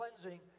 cleansing